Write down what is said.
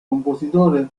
compositore